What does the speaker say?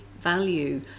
value